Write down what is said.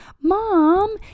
mom